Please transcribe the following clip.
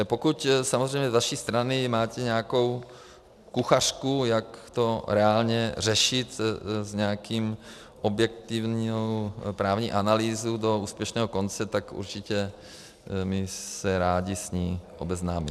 Pokud samozřejmě z vaší strany máte nějakou kuchařku, jak to reálně řešit s nějakou objektivní právní analýzou do úspěšného konce, tak určitě my se rádi s ní obeznámíme.